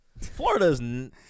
Florida's